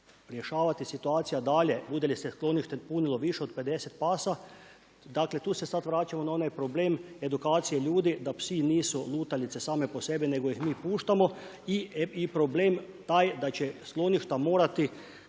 rješavati situacija dalje, bude li se sklonište punilo više od 50 pasa. Dakle tu se sada vraćamo na onaj problem edukacije ljudi, da psi nisu lutalice sami po sebi, nego ih mi puštamo i problem taj da će skloništa morati